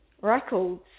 records